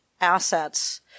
assets